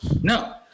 No